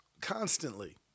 constantly